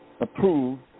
Approved